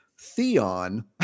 Theon